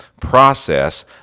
process